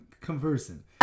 conversing